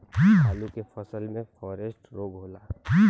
आलू के फसल मे फारेस्ट रोग होला?